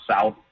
south